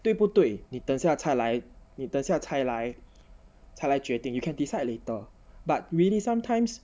对不对你等下才来你等下才来才来决定 you can decide later but really sometimes